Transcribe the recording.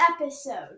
episode